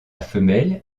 femelle